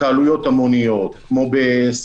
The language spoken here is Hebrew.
כמו בהתקהלויות המוניות,